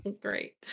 Great